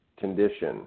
condition